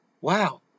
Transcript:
wow